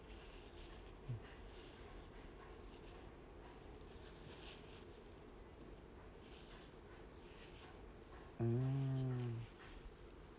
mm